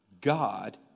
God